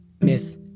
myth